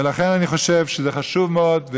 ולכן, אני חושב שזה חשוב מאוד,